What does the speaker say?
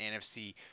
nfc